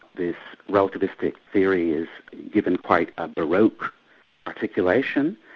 this relativistic theory is given quite a baroque articulation,